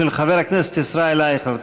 של חבר הכנסת ישראל אייכלר.